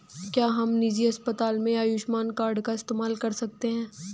क्या हम निजी अस्पताल में आयुष्मान कार्ड का इस्तेमाल कर सकते हैं?